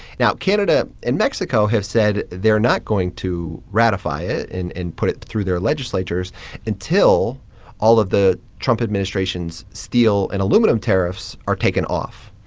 now, canada and mexico have said they're not going to ratify it and and put it through their legislatures until all of the trump administration's steel and aluminum tariffs are taken off.